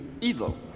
evil